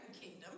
kingdom